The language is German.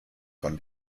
von